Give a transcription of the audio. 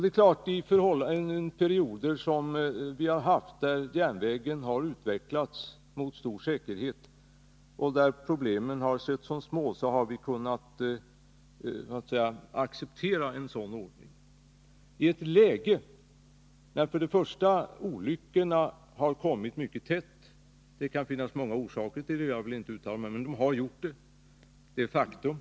Det är klart att vi under perioder då järnvägen utvecklats mot stor säkerhet och då problemen ansetts vara små har kunnat acceptera en sådan ordning. Men nu är läget sådant att olyckorna har kommit mycket tätt. Det kan finnas många orsaker till det — jag vill inte uttala mig om det — men så har det de facto varit.